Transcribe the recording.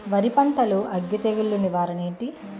వరి పంటలో అగ్గి తెగులు నివారణ ఏంటి?